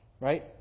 right